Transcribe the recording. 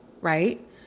right